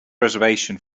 reservation